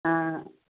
ആ